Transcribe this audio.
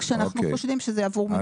כשאנחנו חושבים שזה עבור מישהו ספציפי.